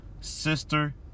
Sister